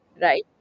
right